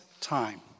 time